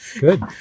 good